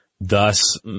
thus